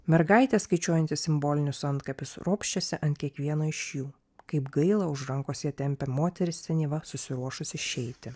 mergaitė skaičiuojanti simbolinius antkapius ropščiasi ant kiekvieno iš jų kaip gaila už rankos ją tempia moteris senyva susiruošus išeiti